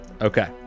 Okay